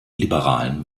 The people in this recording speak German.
liberalen